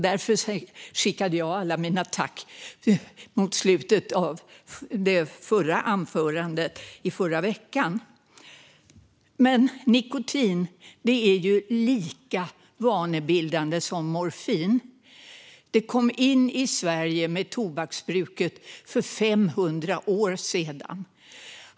Därför skickade jag alla mina tack mot slutet av mitt anförande i debatten förra veckan. Nikotin är lika vanebildande som morfin. Det kom in i Sverige med tobaksbruket för 500 år sedan.